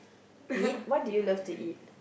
eat what do you love to eat